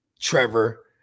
trevor